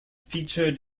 featured